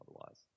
otherwise